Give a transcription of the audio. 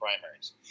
primaries